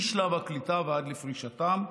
משלב הקליטה ועד לפרישתם,